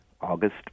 August